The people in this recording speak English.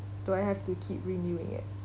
do I have to keep renewing it